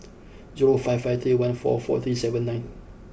zero five five three one four four three seven nine